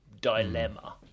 dilemma